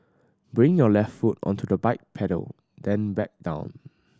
bring your left foot onto the bike pedal then back down